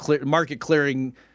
market-clearing